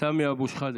סמי אבו שחאדה,